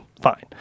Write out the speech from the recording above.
fine